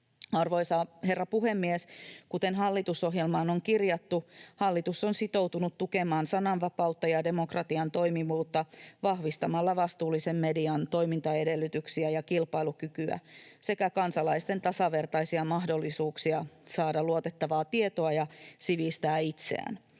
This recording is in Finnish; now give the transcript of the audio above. Arvoisa herra puhemies! Kuten hallitusohjelmaan on kirjattu, hallitus on sitoutunut tukemaan sananvapautta ja demokratian toimivuutta vahvistamalla vastuullisen median toimintaedellytyksiä ja kilpailukykyä sekä kansalaisten tasavertaisia mahdollisuuksia saada luotettavaa tietoa ja sivistää itseään.